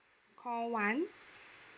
call one